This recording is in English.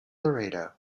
laredo